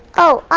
oh,